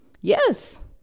Yes